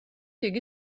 იგი